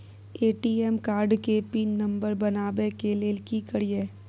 ATM card के PIN number बनाबै के लेल की करिए?